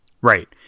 right